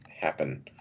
happen